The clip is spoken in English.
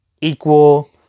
Equal